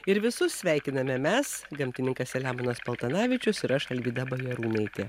ir visus sveikiname mes gamtininkas seliamonas paltanavičius ir aš alvyda bajarūnaitė